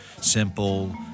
simple